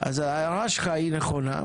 אז ההערה שלך היא נכונה.